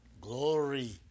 Glory